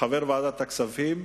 כחבר ועדת הכספים,